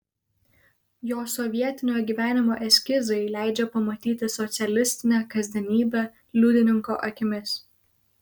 jo sovietinio gyvenimo eskizai leidžia pamatyti socialistinę kasdienybę liudininko akimis